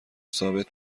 ثابت